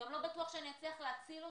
גם לא בטוח שאני אצליח להציל אותו.